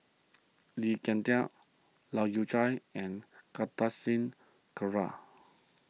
Lee Ek Tieng Leu Yew Chye and Kartar Singh Thakral